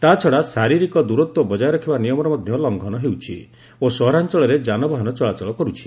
ତାଛଡ଼ା ଶାରୀରିକ ଦୂରତ୍ୱ ବଜାୟ ରଖିବା ନିୟମର ମଧ୍ୟ ଲଙ୍ଘନ ହେଉଛି ଓ ସହରାଞ୍ଚଳରେ ଯାନବାହନ ଚଳାଚଳ କରୁଛି